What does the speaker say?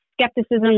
skepticism